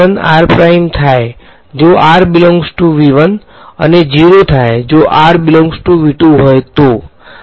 તેથી તે થાય જો બીલોન્ગસ ટુ અને 0 થાય જો હોય તો